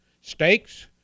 steaks